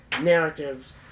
narratives